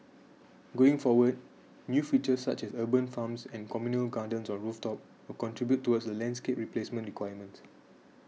going forward new features such as urban farms and communal gardens on rooftops will contribute towards the landscape replacement requirements